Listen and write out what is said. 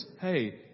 Hey